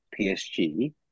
PSG